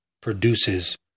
produces